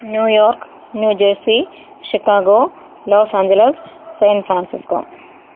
New York new jersey Chicago Los Angeles San Francisco